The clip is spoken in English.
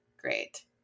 great